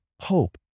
hope